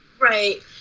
Right